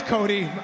Cody